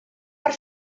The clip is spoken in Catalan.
per